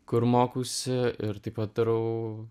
kur mokausi ir taip pat darau